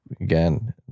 again